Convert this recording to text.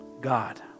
God